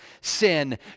sin